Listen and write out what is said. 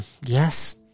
Yes